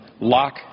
lock